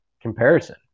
comparison